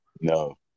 no